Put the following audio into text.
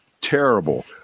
terrible